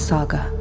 Saga